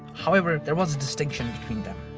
however, there was a distinction between then.